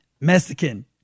Mexican